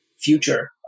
future